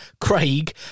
Craig